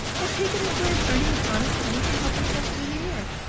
had taken this way of earning an honest penny to help yourself through the year.